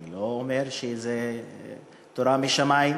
אני לא אומר שזה תורה משמים,